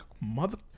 mother